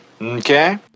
Okay